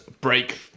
break